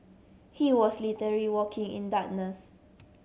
he was literary walking in darkness